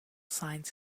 signs